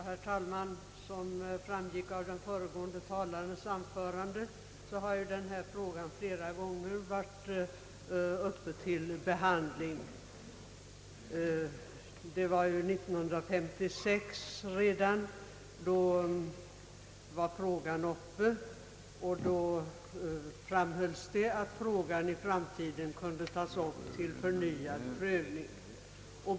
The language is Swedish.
Herr talman! Såsom framgick av den föregående talarens anförande har denna fråga flera gånger varit uppe till behandling. Redan år 1956 behandlades problemet och då framhölls det att frågan i framtiden kunde tas upp till förnyad prövning.